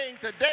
today